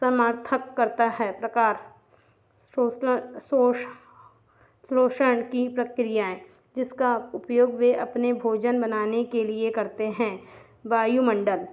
समार्थक करता है प्रकार सोसना सोष श्लोषण की प्रक्रियाएँ जिसका उपयोग वे अपने भोजन बनाने के लिए करते हैं वायुमंडल